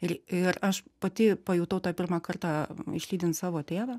ir ir aš pati pajutau tą pirmą kartą išlydint savo tėvą